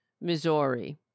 Missouri